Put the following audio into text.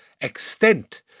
extent